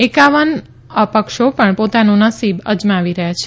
એકાવન અપક્ષો પણ પોતાનું નસીબ અજમાવી રહ્યા છે